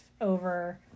over